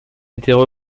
étaient